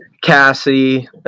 cassie